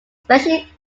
especially